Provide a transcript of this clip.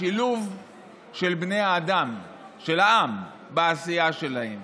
השילוב של בני האדם, של העם, בעשייה שלהם,